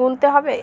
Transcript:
গুনতে হবে?